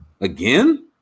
again